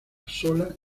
sola